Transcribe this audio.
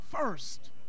first